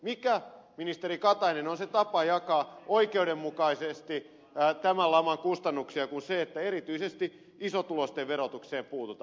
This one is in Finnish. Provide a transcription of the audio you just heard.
mikä ministeri katainen on se tapa jakaa oikeudenmukaisesti tämän laman kustannuksia ellei se että erityisesti isotuloisten verotukseen puututaan